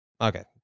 Okay